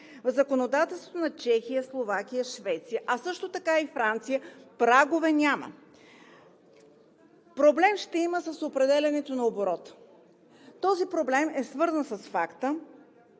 В законодателството на Чехия, Словакия, Швеция, а също така и Франция, прагове няма. Проблем ще има с определянето на оборота. Този проблем е свързан с факта,